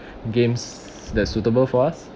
games that suitable for us